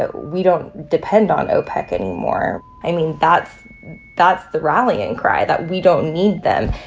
ah we don't depend on opec anymore. i mean, that's that's the rallying cry that we don't need them.